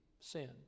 sin